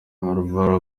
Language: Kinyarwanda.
álvaro